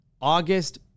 August